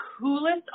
coolest